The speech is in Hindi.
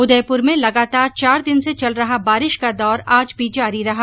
उदयपुर में लगातार चार दिन से चल रहा बारिश का दौर आज भी जारी रहा